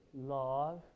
Love